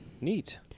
Neat